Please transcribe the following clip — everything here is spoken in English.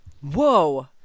Whoa